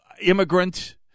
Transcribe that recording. immigrant